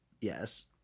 yes